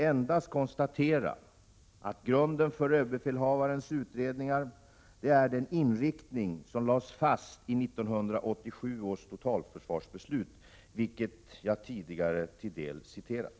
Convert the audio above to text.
Jag konstaterar endast att grunden för överbefälhavarens utredningar är det beslut om inriktningen som lades fast i 1987 års totalförsvarsbeslut, vilket jag tidigare delvis citerat.